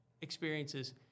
experiences